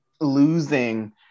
losing